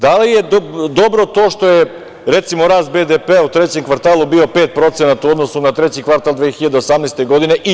Da li je dobro to što je recimo rast BDP u trećem kvartalu bio 5% u odnosu na treći kvartal 2018. godine?